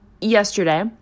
yesterday